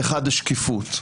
האחד השקיפות.